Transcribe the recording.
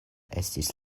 estis